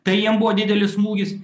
tai jiem buvo didelis smūgis